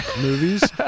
movies